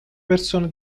persona